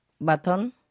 Baton